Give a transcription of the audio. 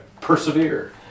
persevere